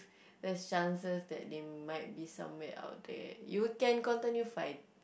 there's chances that they might be somewhere out there you can continue fi~